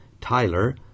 Tyler